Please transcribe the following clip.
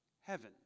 heaven